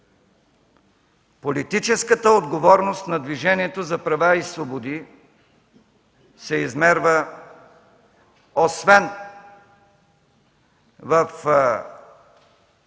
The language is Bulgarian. Политическата отговорност на Движението за права и свободи се измерва, освен в